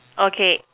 okay